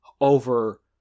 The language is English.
over